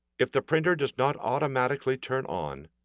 if the printer does not automatically turn on,